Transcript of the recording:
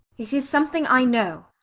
it is something i know.